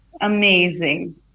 Amazing